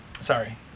Sorry